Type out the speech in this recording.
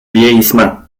vieillissement